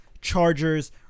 Chargers